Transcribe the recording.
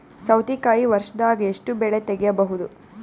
ಸೌತಿಕಾಯಿ ವರ್ಷದಾಗ್ ಎಷ್ಟ್ ಬೆಳೆ ತೆಗೆಯಬಹುದು?